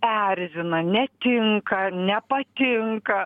erzina netinka nepatinka